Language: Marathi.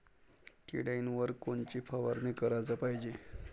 किड्याइवर कोनची फवारनी कराच पायजे?